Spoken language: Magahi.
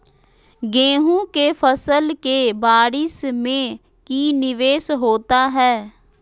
गेंहू के फ़सल के बारिस में की निवेस होता है?